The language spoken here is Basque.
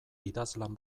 idazlan